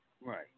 Right